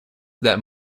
that